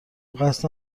قصد